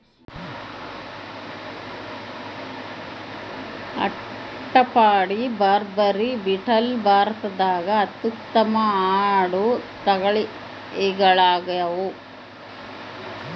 ಅಟ್ಟಪಾಡಿ, ಬಾರ್ಬರಿ, ಬೀಟಲ್ ಭಾರತದಾಗ ಅತ್ಯುತ್ತಮ ಆಡು ತಳಿಗಳಾಗ್ಯಾವ